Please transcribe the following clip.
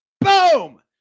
Boom